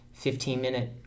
15-minute